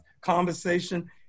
conversation